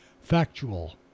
factual